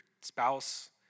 spouse